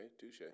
touche